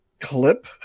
clip